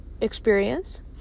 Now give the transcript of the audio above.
experience